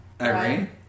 Irene